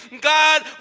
God